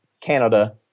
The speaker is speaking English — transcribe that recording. Canada